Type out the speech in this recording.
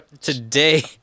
today